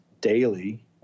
daily